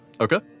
Okay